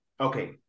Okay